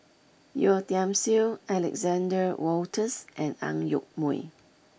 Yeo Tiam Siew Alexander Wolters and Ang Yoke Mooi